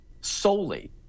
solely